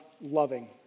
loving